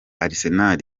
arsenal